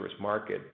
market